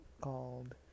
called